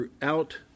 throughout